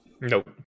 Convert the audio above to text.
nope